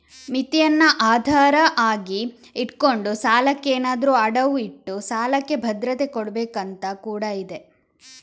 ಮಿತಿಯನ್ನ ಆಧಾರ ಆಗಿ ಇಟ್ಕೊಂಡು ಸಾಲಕ್ಕೆ ಏನಾದ್ರೂ ಅಡವು ಇಟ್ಟು ಸಾಲಕ್ಕೆ ಭದ್ರತೆ ಕೊಡ್ಬೇಕು ಅಂತ ಕೂಡಾ ಇದೆ